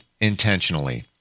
intentionally